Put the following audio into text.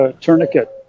Tourniquet